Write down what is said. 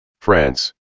France